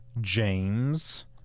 james